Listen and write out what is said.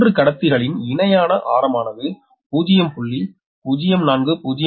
இந்த 3 கடத்திகளின் இணையான ஆரமானது 0